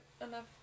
enough